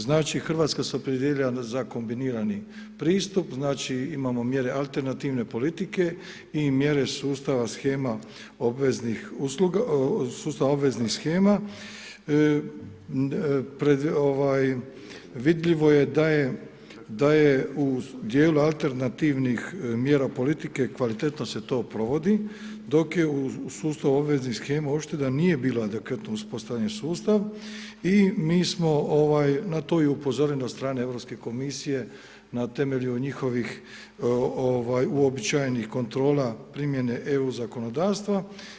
Znači, Hrvatska se opredijelila za kombinirani pristup, znači imamo mjere alternativne politike i mjere sustava shema obveznih usluga, sustava obveznih shema, ovaj vidljivo je da je, da je u dijelu alternativnih mjera politike kvalitetno se to provodi, dok je u sustavu obveznih shema nije bilo adekvatno uspostavljen sustav i mi smo, na to je i upozoreno od strane Europske komisije, na temelju njihovih ovaj uobičajenih kontrola primjene EU zakonodavstva.